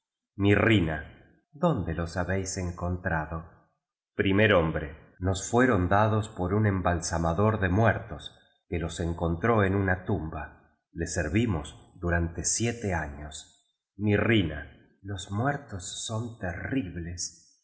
quitárnoslos mirtina dónde los habéis encontrado primer hombre nos fueron dados por un cmblsamador de muertos que los encontró en una tumba le servimos du rante siete años mirrina los muertos son terribles